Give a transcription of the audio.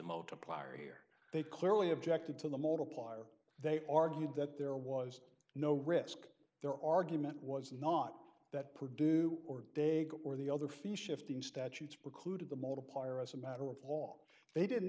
motor plier here they clearly objected to the multiplier they argued that there was no risk their argument was not that produce or they or the other fees shifting statutes precluded the multiplier as a matter of law they didn't